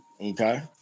Okay